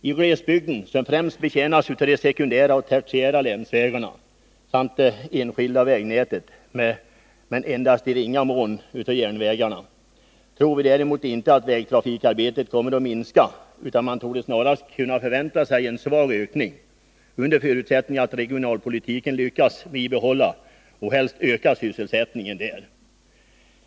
I glesbygden, som främst betjänas av de sekundära och tertiära länsvägarna samt det enskilda vägnätet men endast i ringa mån av järnvägarna, tror vi däremot inte att vägtrafikarbetet kommer att minska, utan man torde snarare kunna förvänta sig en svag ökning, under förutsättning att vi med hjälp av regionalpolitiken lyckas bibehålla och helst öka sysselsättningen där.